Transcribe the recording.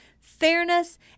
fairness